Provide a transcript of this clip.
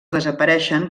desapareixen